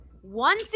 One